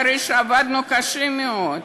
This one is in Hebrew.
אחרי שעבדנו קשה מאוד,